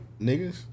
niggas